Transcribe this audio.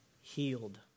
healed